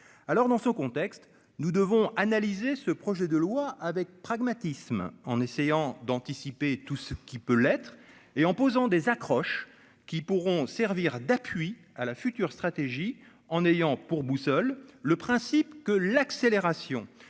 alors dans ce contexte, nous devons analyser ce projet de loi avec pragmatisme, en essayant d'anticiper tout ce qui peut l'être et en posant des accroches qui pourront servir d'appui à la future stratégie en ayant pour boussole le principe que l'accélération